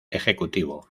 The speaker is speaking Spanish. ejecutivo